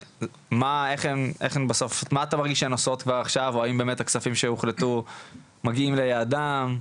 או האם באמת הכספים שהוחלטו מגיעים ליעדם?